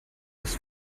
ist